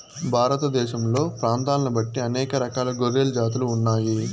భారతదేశంలో ప్రాంతాలను బట్టి అనేక రకాల గొర్రెల జాతులు ఉన్నాయి